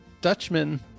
Dutchman